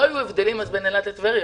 אז לא היו הבדלים בין אילת לטבריה,